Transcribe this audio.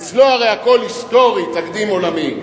אצלו הרי הכול היסטורי, תקדים עולמי.